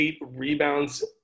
rebounds